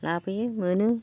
लाबोयो मोनो